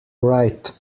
right